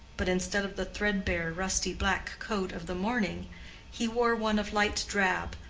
but instead of the threadbare rusty black coat of the morning he wore one of light drab,